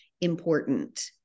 important